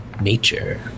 Nature